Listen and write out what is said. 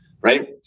right